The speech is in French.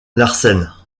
larsen